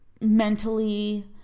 mentally